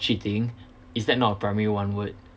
cheating is that not a primary one word